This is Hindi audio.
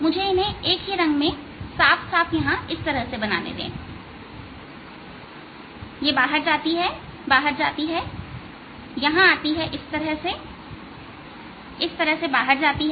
मुझे इन्हें एक ही रंग में साफ साफ यहां इस तरह बनाने दे बाहर जाती है बाहर जाती हैं यहां आती हैं इस तरह से और इस तरह से बाहर जाती हैं